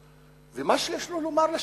זה מה שיש לו לומר לה?